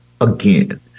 again